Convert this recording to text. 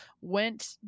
went